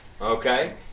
Okay